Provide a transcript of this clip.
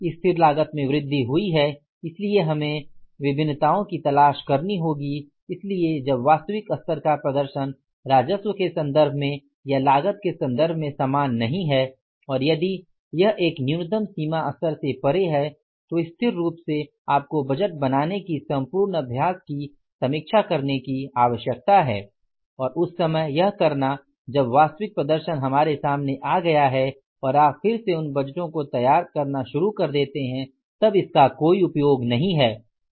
स्थिर लागत में वृद्धि हुई है इसलिए हमें भिन्नताओं की तलाश करनी होगी इसलिए जब वास्तविक स्तर का प्रदर्शन राजस्व के संदर्भ में या लागत के संदर्भ में समान नहीं है और यदि यह एक न्यूनतम सीमा स्तर से परे है तो स्थिर रूप से आपको बजट बनाने की संपूर्ण अभ्यास की समीक्षा करने की आवश्यकता है और उस समय यह करना जब वास्तविक प्रदर्शन हमारे सामने आ गया है और आप फिर से उन बजटों को तैयार करना शुरू कर देते हैं तब इसका कोई उपयोग नहीं है